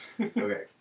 Okay